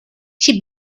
she